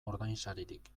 ordainsaririk